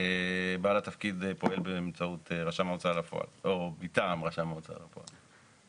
בעל התפקיד פועל באמצעות רשם ההוצאה לפועל או מטעם רשם ההוצאה לפועל.